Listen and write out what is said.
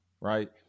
right